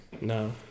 No